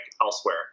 elsewhere